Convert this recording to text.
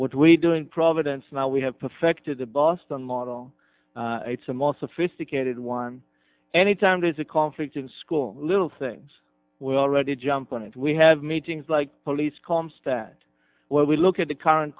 we do in providence now we have perfected the boston model it's a more sophisticated one any time there's a conflict in school little things we already jump on it we have meetings like police come stat where we look at the current